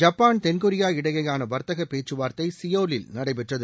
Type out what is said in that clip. Japan தென்கொரியா இடையேயான வர்த்தக பேச்சுவார்த்தை சியோலில் நடைபெற்றது